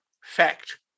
fact